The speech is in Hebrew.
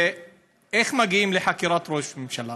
איך מגיעים לחקירת ראש ממשלה?